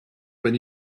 been